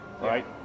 right